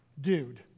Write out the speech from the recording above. dude